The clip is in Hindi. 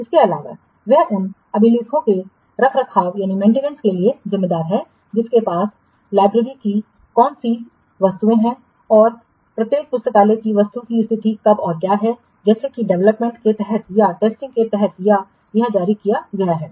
इसके अलावा वह उन अभिलेखों के रख रखाव के लिए जिम्मेदार है जिनके पास पुस्तकालय की कौन सी वस्तुएं हैं और प्रत्येक पुस्तकालय की वस्तु की स्थिति कब और क्या है जैसे कि यह डेवलपमेंट के तहत है या टेस्टिंग के तहत या यह जारी किया गया है